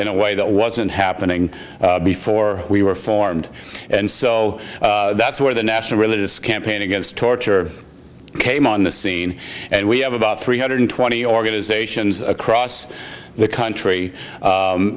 in a way that wasn't happening before we were formed and so that's where the national religious campaign against torture came on the scene and we have about three hundred twenty organizations across the country